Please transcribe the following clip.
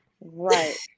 right